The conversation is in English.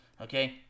Okay